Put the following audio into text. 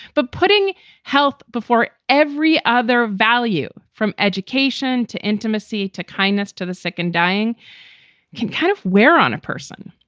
but putting health before every other value, from education to intimacy to kindness to the sick and dying can kind of wear on a person.